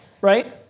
right